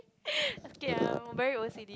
okay I'm very O C